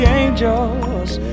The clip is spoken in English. angels